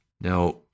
Now